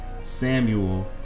Samuel